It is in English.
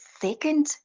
second